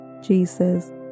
Jesus